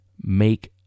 make